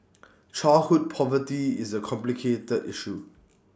childhood poverty is A complicated issue